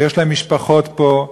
ויש להם משפחות פה,